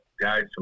guys